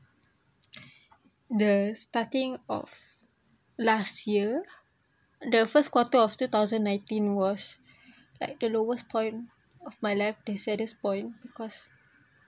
the starting of last year the first quarter of two thousand nineteen was like the lowest point of my life the saddest point because